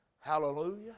hallelujah